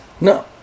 No